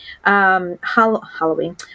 Halloween